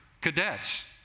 cadets